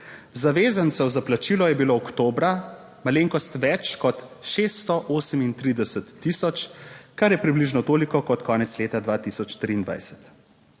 Zavezancev za plačilo je bilo oktobra malenkost več kot 638 tisoč, kar je približno toliko kot konec leta 2023.